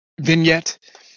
vignette